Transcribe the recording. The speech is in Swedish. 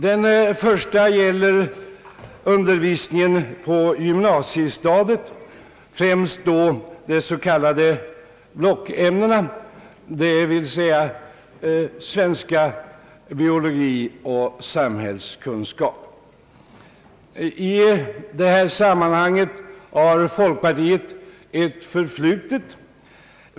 Den första gäller undervisningen på gymnasiestadiet, främst då i de s.k. blockämnena, dvs. svenska, biologi och samhällskunskap. Här har folkpartiet ett förflutet.